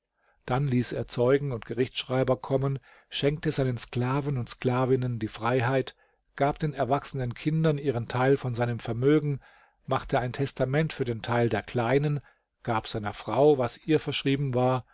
dann ließ er zeugen und gerichtsschreiber kommen schenkte seinen sklaven und sklavinnen die freiheit gab den erwachsenen kindern ihren teil von seinem vermögen machte ein testament für den teil der kleinen gab seiner frau was ihr verschrieben war